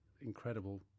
incredible